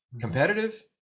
competitive